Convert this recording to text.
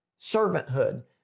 servanthood